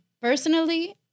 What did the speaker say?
personally